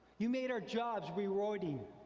you made our jobs rewarding.